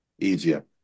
easier